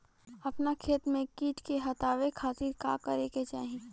अपना खेत से कीट के हतावे खातिर का करे के चाही?